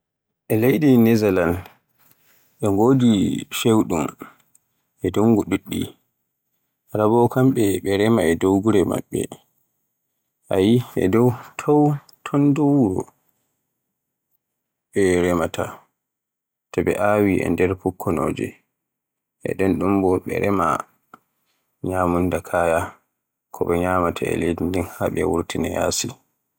E leydi Nezaland be ngodi fewɗum e dungu ɗuɗɗi, raa Bo kamɓe ɓe rema e dew wuro maɓɓe, a yi'i ron dow wuro ɓe remaata, so ɓe awii e nder fukkonoje, e ɗen ɗon bo ɓe remaa ñyamunda Kaya. E ko ɓe ñyamaata e nder wuro ngon haa ɓe wurtinay yaasi.